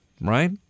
Right